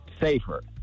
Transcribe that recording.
safer